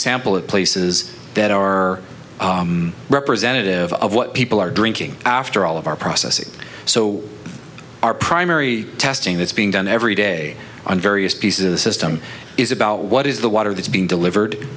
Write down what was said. sample of places that are or representative of what people are drinking after all of our processing so our primary testing that's being done every day on various pieces of the system is about what is the water that's being delivered